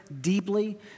deeply